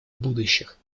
будущих